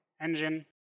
engine